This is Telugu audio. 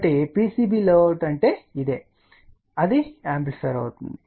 కాబట్టి PCB లేఅవుట్ అంటే ఇదే అవుతుంది అది యాంప్లిఫైయర్ అవుతుంది